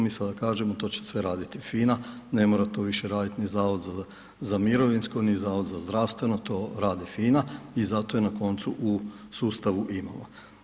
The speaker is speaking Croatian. Mi sada kažemo to će sve raditi FINA, ne mora to više raditi ni Zavod za mirovinsko, ni Zavod za zdravstveno, to radi FINA i zato je na koncu u sustavu imamo.